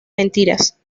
mentiras